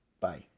Bye